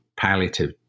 palliative